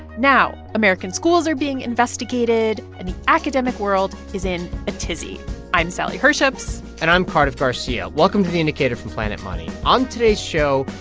now, american schools are being investigated, and the academic world is in a tizzy i'm sally herships and i'm cardiff garcia. welcome to the indicator from planet money. on today's show,